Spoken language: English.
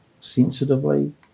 sensitively